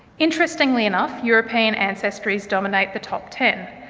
interestingly enough, european ancestries dominate the top ten,